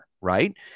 right